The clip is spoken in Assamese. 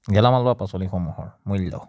গেলামাল বা পাচলিসমূহৰ মূল্য